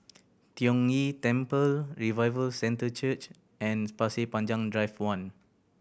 Tiong Ghee Temple Revival Centre Church and Pasir Panjang Drive One